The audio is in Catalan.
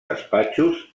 despatxos